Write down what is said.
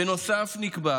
בנוסף, נקבע